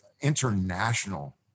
international